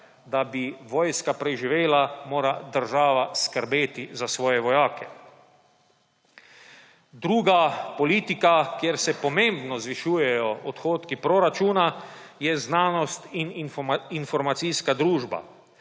da bi vojska preživela, mora država skrbeti za svoje vojake. Druga politika, kjer se pomembno zvišujejo odhodki proračuna, je znanost in informacijska družba.